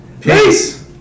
Peace